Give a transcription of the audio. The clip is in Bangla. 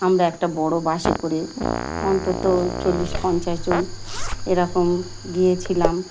আমরা একটা বড়ো বাসে করে অন্তত চল্লিশ পঞ্চাশ জন এরকম গিয়েছিলাম